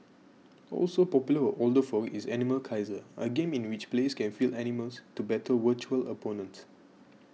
also popular with older folk is Animal Kaiser a game in which players can field animals to battle virtual opponents